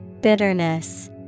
Bitterness